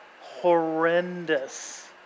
horrendous